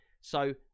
So-